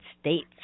States